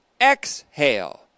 exhale